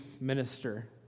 minister